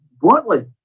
bluntly